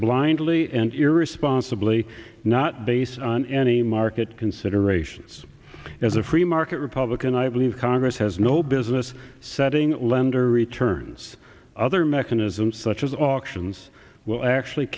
blindly and irresponsibly not based on any market considerations as a free market republican i believe congress has no business setting lender returns other mechanisms such as auctions will actually